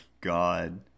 god